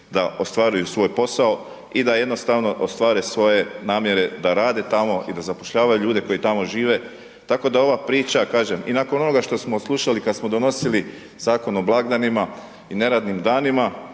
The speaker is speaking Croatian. da ostvaruju svoj posao, i da jednostavno ostvare svoje namjere da rade tamo, i da zapošljavaju ljude koji tamo žive, tako da ova priča, kažem, i nakon onoga što smo slušali kad smo donosili Zakon o blagdanima i neradnim danima,